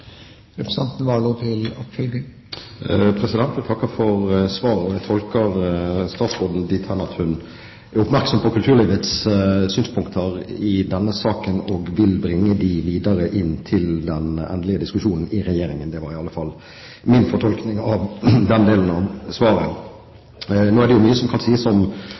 Jeg takker for svaret, og jeg tolker statsråden dit hen at hun er oppmerksom på kulturlivets synspunkter i denne saken og vil bringe dem videre inn til den endelige diskusjonen i Regjeringen – det var i alle fall min fortolkning av den delen av svaret. Nå er det jo mye som kan sies om